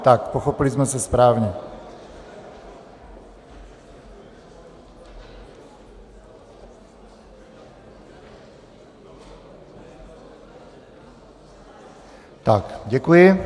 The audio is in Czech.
Tak, pochopili jsme se správně, děkuji.